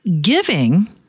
giving